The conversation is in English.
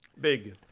Big